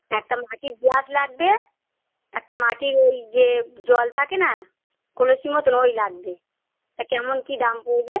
একটা মাটির গ্লাস লাগবে একটা মাটির ওই যে জল থাকে না কলসি মতোন ওই লাগবে তো কেমন কী দাম পড়বে